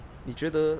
你觉得